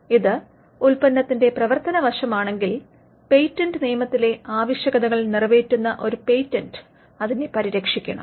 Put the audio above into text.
ഇത് ഉൽപ്പന്നത്തിന്റെ പ്രവർത്തന വശമാണെങ്കിൽ പേറ്റൻറ് നിയമത്തിലെ ആവശ്യകതകൾ നിറവേറ്റുന്ന ഒരു പേറ്റൻറ് അതിനെ പരിരക്ഷിക്കണം